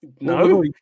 No